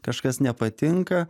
kažkas nepatinka